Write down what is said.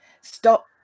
stop